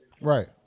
Right